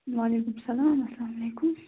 وعلیکُم سلام اسلام علیکُم